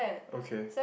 okay